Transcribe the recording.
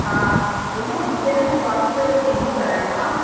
हा भैया मूंखे न स्वास्थय वीमो कराइणो आहे